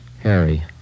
Harry